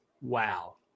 wow